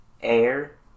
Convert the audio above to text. Air